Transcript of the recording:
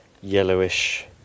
Yellowish